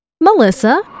Melissa